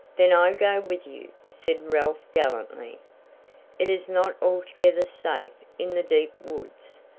then i go with you, said ralph gallantly it is not altogether safe in the deep woods.